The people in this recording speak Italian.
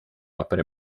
opere